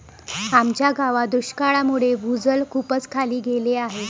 आमच्या गावात दुष्काळामुळे भूजल खूपच खाली गेले आहे